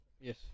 Yes